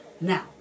Now